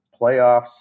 playoffs